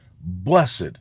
blessed